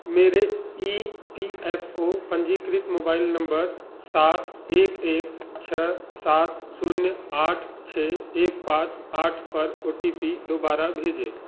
मेरे E P F O पंजीकृत mobile number सात एक एक छः सात शून्य आठ छः एक पाँच आठ पर ओ टी पी दोबारा भेजें